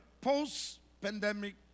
post-pandemic